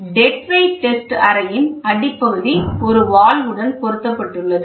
dead weight test அறையின் அடிப்பகுதி ஒரு வால்வுடன் பொருத்தப்பட்டுள்ளது